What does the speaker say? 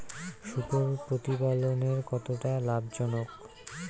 শূকর প্রতিপালনের কতটা লাভজনক?